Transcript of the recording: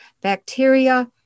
bacteria